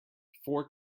before